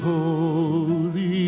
Holy